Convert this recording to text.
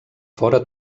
fora